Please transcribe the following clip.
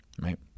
right